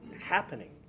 happening